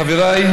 חבריי,